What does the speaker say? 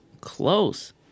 close